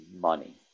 money